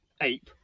ape